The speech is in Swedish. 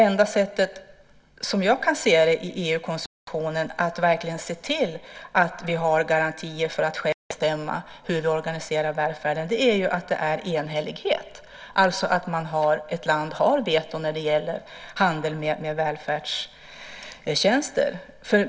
Enda sättet jag kan se att i EU-konstitutionen se till att vi har garantier för att vi själva får bestämma hur vi organiserar välfärden är att det är fråga om enhällighet, alltså att ett land har ett veto i fråga om handel med välfärdstjänster.